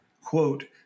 quote